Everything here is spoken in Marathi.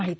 माहिती